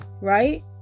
right